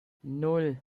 nan